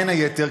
בין היתר,